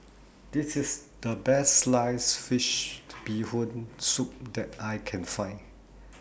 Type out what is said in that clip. This IS The Best Sliced Fish Bee Hoon Soup that I Can Find